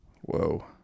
Whoa